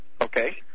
okay